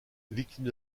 victime